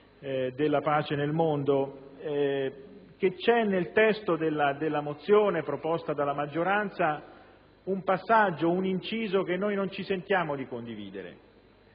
della pace nel mondo, che c'è nel testo della mozione proposta dalla maggioranza un passaggio, un inciso che noi non ci sentiamo di condividere.